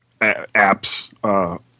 apps